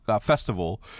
festival